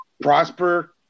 Prosper